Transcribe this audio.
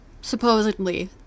Supposedly